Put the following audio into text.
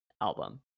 album